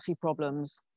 problems